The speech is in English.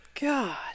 God